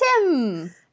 Tim